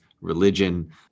religion